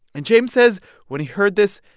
and james says when he heard this,